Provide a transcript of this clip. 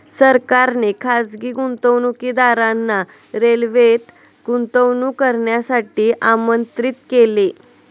सरकारने खासगी गुंतवणूकदारांना रेल्वेत गुंतवणूक करण्यासाठी आमंत्रित केले